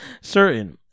certain